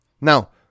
Now